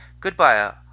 Goodbye